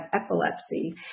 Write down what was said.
epilepsy